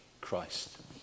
Christ